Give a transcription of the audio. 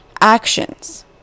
actions